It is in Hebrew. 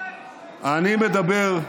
להסתובב,